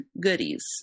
goodies